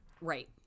Right